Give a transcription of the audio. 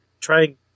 trying